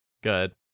Good